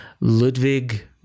Ludwig